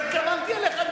לא התכוונתי אליך,